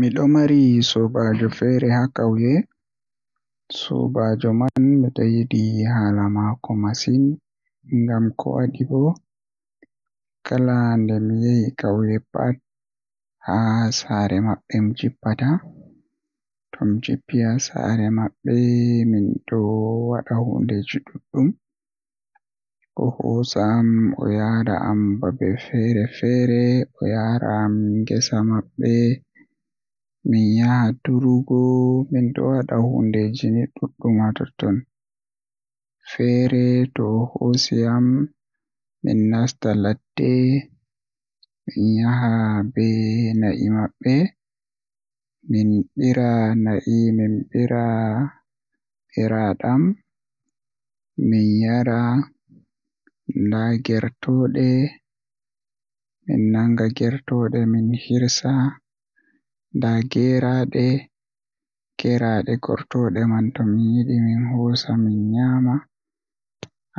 Miɗon mari sobajo haa kaywe sobajo man miyiɗi haala mako masin ngam kowadi bo kala nde mi yahi kawyen pat haa sare maɓɓe mijippata Tomi jippi haa sare maɓɓe Bo minɗo wada hundeeji ɗuɗɗum o hoosa am oyaram babeji fere fere mi yaha durugo min yaha miwaɗa hundeeji ni duɗɗum. Feere to ohoosi am min yaha ladde min yaha be na'e maɓɓe, min ɓira na'e min ɓira ɓiraaɗam min Yara nda gertooɗe min nanga min kirsa nda gertooɗe to min yiɗi min hoosa min Nyamā